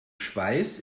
schweiß